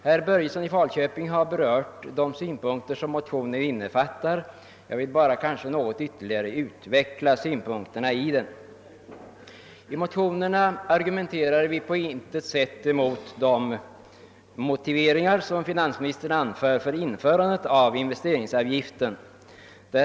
Herr Börjesson i Falköping har redan berört de synpunkter som motionerna innefattar, och jag vill bara något ytterligare utveckla tankegångar I motionerna argumenterar vi på intet sätt mot de motiveringar som finansministern anför för införandet av investeringsavgiften.